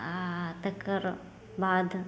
आ तकर बाद